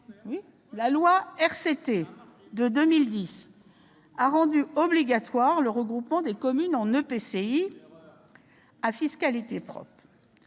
dite RCT, a rendu obligatoire le regroupement des communes en EPCI à fiscalité propre.